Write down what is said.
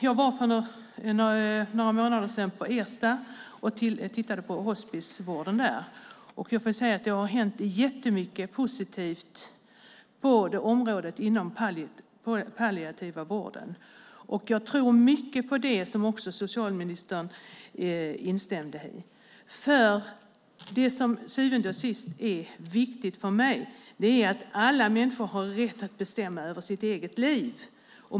Jag var för några månader sedan på Ersta och tittade närmare på hospisvården där. Jag får säga att det har hänt jättemycket positivt inom den palliativa vården. Jag tror mycket på det som också socialministern instämde i, för det som till syvende och sist är viktigt för mig är att alla människor har rätt att bestämma över sitt eget liv.